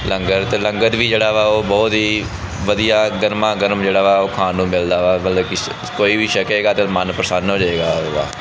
ਲੰਗਰ ਅਤੇ ਲੰਗਰ ਵੀ ਜਿਹੜਾ ਵਾ ਉਹ ਬਹੁਤ ਹੀ ਵਧੀਆ ਗਰਮਾ ਗਰਮ ਜਿਹੜਾ ਵਾ ਉਹ ਖਾਣ ਨੂੰ ਮਿਲਦਾ ਵਾ ਮਤਲਬ ਕਿ ਕੋਈ ਵੀ ਛਕੇਗਾ ਅਤੇ ਮਨ ਪ੍ਰਸੰਨ ਹੋ ਜਾਏਗਾ ਉਹਦਾ